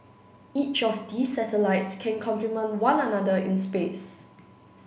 each of these satellites can complement one another in space